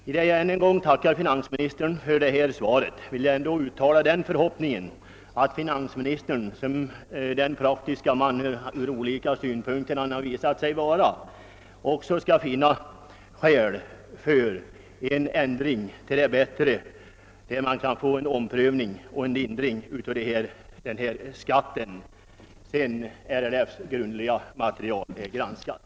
I det jag än en gång tackar finansministern för svaret uttalar jag förhoppningen att finansministern, som den praktiske man han från olika synpunkter visat sig vara, också härvidlag skall finna skäl för en ändring till det bättre. Jag hoppas alltså på en omprövning av bestämmelserna och en lindring av skatten sedan RLF:s utförliga material granskats.